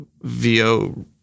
VO